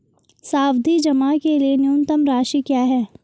सावधि जमा के लिए न्यूनतम राशि क्या है?